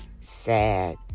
sad